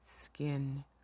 skin